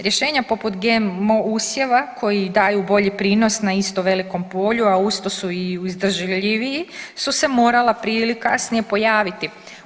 Rješenja poput GMO usjeva koji daju bolji prinos na isto velikom polju, a usto su i izdržljiviji su se morala prije ili kasnije pojaviti.